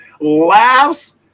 laughs